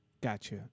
Gotcha